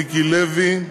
מיקי לוי,